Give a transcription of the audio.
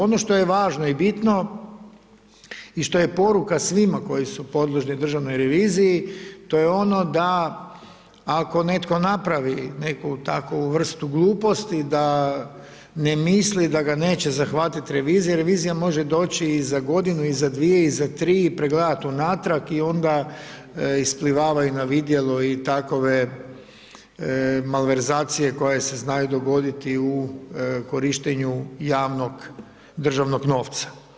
Ono što je važno i bitno i što je poruka svima koji su podložni državnoj reviziji, to je ono da ako netko napravi neku takvu vrstu gluposti da ne misli da ga neće zahvatiti revizija jer revizija može doći i za godinu i za dvije i za tri, pregledati unatrag i onda isplivavaju na vidjelo i takove malverzacije koje se znaju dogoditi u korištenju javnog državnog novca.